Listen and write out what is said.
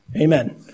Amen